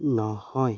নহয়